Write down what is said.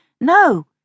No